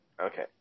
okay